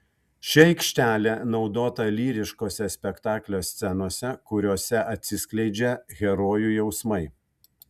ši aikštelė naudota lyriškose spektaklio scenose kuriose atsiskleidžia herojų jausmai